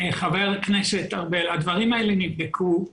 חה"כ ארבל, הדברים האלה נבדקו.